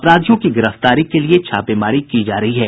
अपराधियों की गिरफ्तारी के लिए छापेमारी की जा रही है